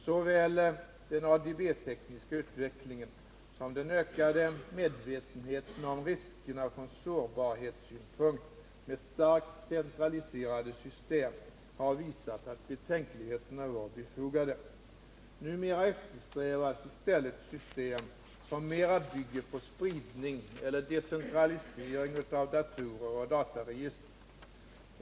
Såväl den ADB-tekniska utvecklingen som den ökade medvetenheten om riskerna från sårbarhetssynpunkt med starkt centraliserade system har visat att betänkligheterna var befogade. Numera eftersträvas i stället system som mera bygger på spridning eller decentralisering av datorer och dataregister.